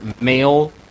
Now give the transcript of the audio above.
male